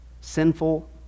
sinful